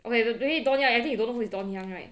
okay donnie yen maybe you don't know who is donnie yen right